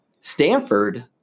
Stanford